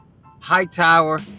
Hightower